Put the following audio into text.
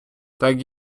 так